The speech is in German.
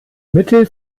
mittel